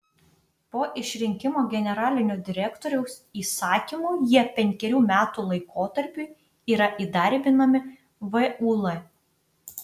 po išrinkimo generalinio direktoriaus įsakymu jie penkerių metų laikotarpiui yra įdarbinami vul